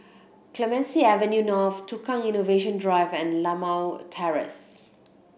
Clemenceau Avenue North Tukang Innovation Drive and Limau Terrace